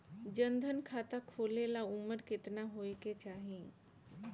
जन धन खाता खोले ला उमर केतना होए के चाही?